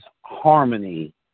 harmony